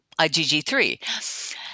IgG3